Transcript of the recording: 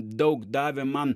daug davė man